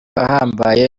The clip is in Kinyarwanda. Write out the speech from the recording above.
ahambaye